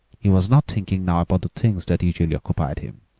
he was not thinking now about the things that usually occupied him,